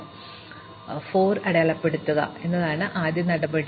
അതിനാൽ സന്ദർശിച്ചതുപോലെ 4 അടയാളപ്പെടുത്തുക എന്നതാണ് ആദ്യപടി